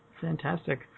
Fantastic